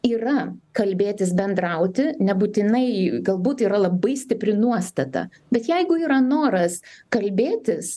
yra kalbėtis bendrauti nebūtinai galbūt yra labai stipri nuostata bet jeigu yra noras kalbėtis